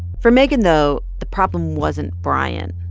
for megan, though, the problem wasn't brian.